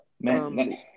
Man